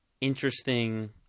interesting